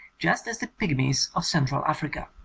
just as the pigmies of central africa.